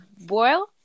boil